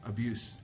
Abuse